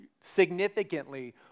significantly